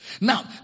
Now